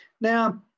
Now